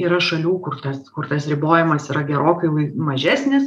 yra šalių kur tas kur tas ribojimas yra gerokai mažesnis